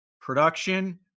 production